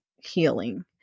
healing